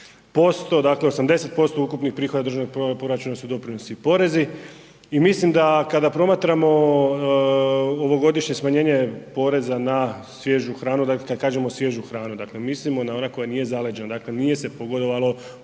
80% ukupnih prihoda državnih proračuna su doprinosi i porezni i mislim da kada promatramo ovogodišnje smanjenje poreza na svježu hranu, kad kažemo svježu hranu, dakle mislimo na onu koja nije zaleđena, dakle nije se pogodovalo